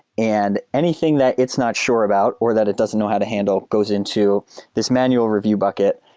and anything that it's not sure about or that it doesn't know how to handle goes into this manual review bucket.